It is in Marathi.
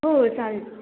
हो चालेल